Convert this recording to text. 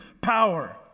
power